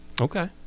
Okay